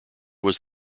was